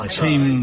team